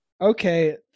Okay